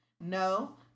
No